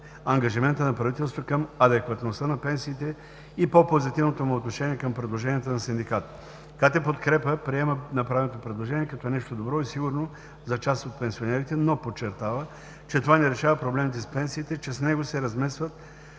ангажимента на правителството към адекватността на пенсиите и по позитивното му отношение към предложенията на синдикатите. КТ „Подкрепа“ приема направеното предложение като нещо добро и сигурно за част от пенсионерите, но подчертава, че това не решава проблемите с пенсиите, че с него се разместват